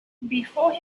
before